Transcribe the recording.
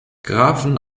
grafen